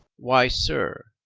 why, sir,